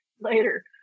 later